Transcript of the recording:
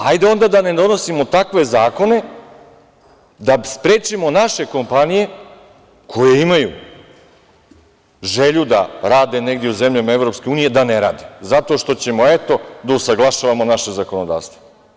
Hajde onda da ne donosimo takve zakone da sprečimo naše kompanije, koje imaju želju da radne negde u zemljama EU, da ne rade zato što ćemo, eto, da usaglašavamo naše zakonodavstvo.